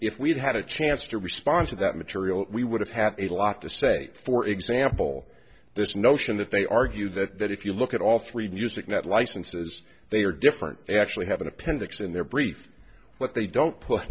if we'd had a chance to respond to that material we would have had a lot to say for example this notion that they argue that that if you look at all three music net licenses they are different they actually have an appendix in their brief what they don't put